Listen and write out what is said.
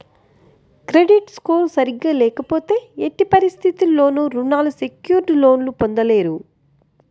credit score సరిగ్గా లేకపోతే ఎట్టి పరిస్థితుల్లోనూ రుణాలు సెక్యూర్డ్ లోన్లు పొందలేరు